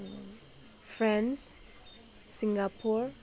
France Singapore